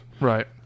Right